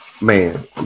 man